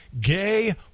gay